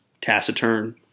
taciturn